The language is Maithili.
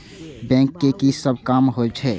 बैंक के की सब काम होवे छे?